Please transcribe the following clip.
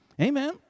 Amen